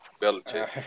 Belichick